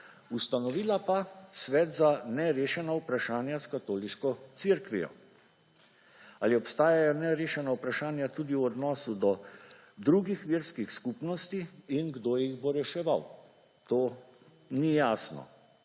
Ustanovila pa Svet za nerešena vprašanja s katoliško cerkvijo. Ali obstajajo nerešena vprašanje tudi v odnosu do drugih verskih skupnosti in kdo jih bo reševal? To ni jasno.